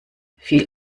viel